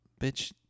Bitch